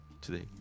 today